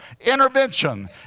intervention